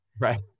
Right